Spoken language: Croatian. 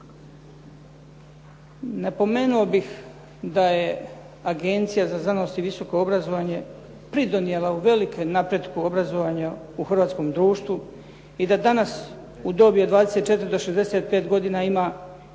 Napomenuo bih da je Agencija za znanost i visoko obrazovanje pridonijela uvelike napretku obrazovanja u hrvatskom društvu i da danas u dobi od 24 do 65 godina ima